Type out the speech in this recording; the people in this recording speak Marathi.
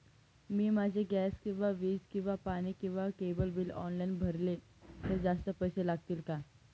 मी माझे गॅस किंवा वीज किंवा पाणी किंवा केबल बिल ऑनलाईन भरले तर जास्त पैसे लागतील का?